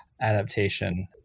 adaptation